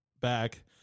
back